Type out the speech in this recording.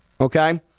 Okay